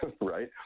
right